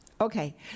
Okay